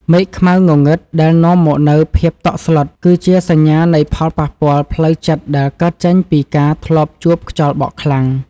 មេឃខ្មៅងងឹតដែលនាំមកនូវភាពតក់ស្លុត គឺជាសញ្ញានៃផលប៉ះពាល់ផ្លូវចិត្តដែលកើតចេញពីការធ្លាប់ជួបខ្យល់បក់ខ្លាំង។